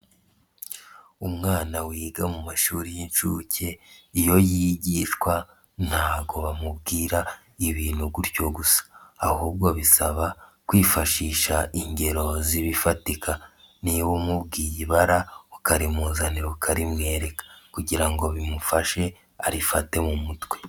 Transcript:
Umwana wiga mu mashuri y'inshuke, iyo yigishwa ntago bamubwira ibintu gutyo gusa. Ahubwo bisaba kwifashisha ingero z'ibifatika niba umubwiye ibara, ukarimuzanira ka rimwereka kugira ngo bimufashe arifate mu mutwe.